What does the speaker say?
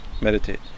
meditate